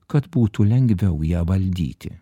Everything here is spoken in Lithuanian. kad būtų lengviau ją valdyti